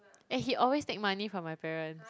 and he always take money from my parents